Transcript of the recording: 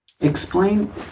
Explain